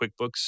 QuickBooks